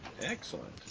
Excellent